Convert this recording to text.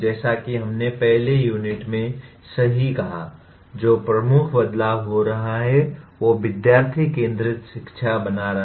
जैसा कि हमने पहली यूनिट में सही कहा जो प्रमुख बदलाव हो रहा है वह विद्यार्थी केंद्रित शिक्षा बना रहा है